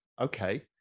okay